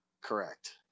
Correct